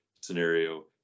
scenario